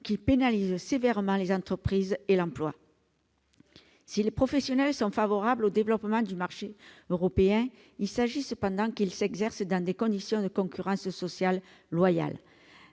qui pénalise sévèrement les entreprises et l'emploi. Si les professionnels sont favorables au développement du marché européen, il importe cependant qu'il se développe dans des conditions de concurrence sociale loyales.